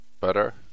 better